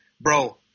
bro